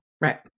Right